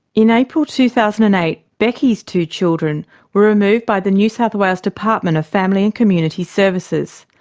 in april two thousand and eight, becky's two children were removed by the new south wales department of family and community services.